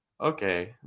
okay